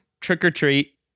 trick-or-treat